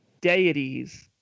deities